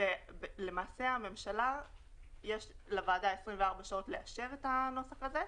כשלוועדה היו 24 שעות לאשר את הנוסח הזה.